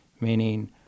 meaning